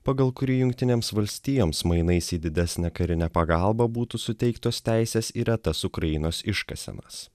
pagal kurį jungtinėms valstijoms mainais į didesnę karinę pagalbą būtų suteiktos teisės į retas ukrainos iškasenas